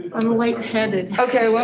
i'm light headed. okay,